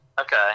Okay